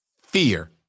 fear